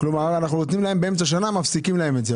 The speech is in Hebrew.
כלומר אנחנו נותנים להם ובאמצע שנה מפסיקים להם את זה.